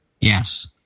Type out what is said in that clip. Yes